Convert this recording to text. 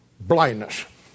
Blindness